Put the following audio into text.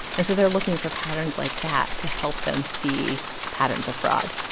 and so they're looking for patterns like that to help them see patterns of fraud.